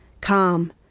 calm